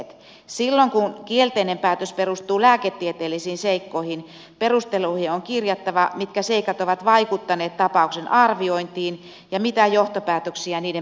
silloin kun kielteinen päätös perustuu lääketieteellisiin seikkoihin perusteluihin on kirjattava mitkä seikat ovat vaikuttaneet tapauksen arviointiin ja mitä johtopäätöksiä niiden perusteella on tehty